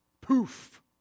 Poof